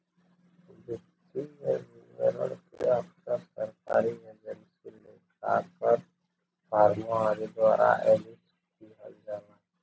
वित्तीय विवरण के अक्सर सरकारी एजेंसी, लेखाकार, फर्मों आदि द्वारा ऑडिट किहल जाला